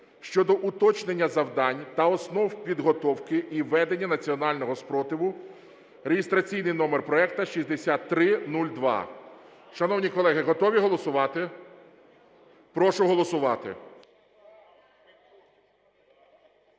щодо уточнення завдань та основ підготовки і ведення національного спротиву (реєстраційний номер проекту 6302). Шановні колеги, готові голосувати? Прошу голосувати.